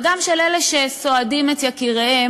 וגם של אלה שסועדים את יקיריהם,